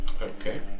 Okay